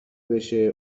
بشه